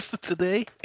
today